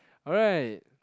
right